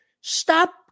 stop